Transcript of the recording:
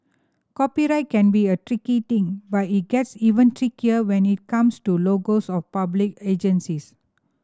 copyright can be a tricky thing but it gets even trickier when it comes to logos of public agencies